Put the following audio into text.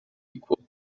equal